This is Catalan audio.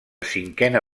cinquena